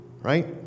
right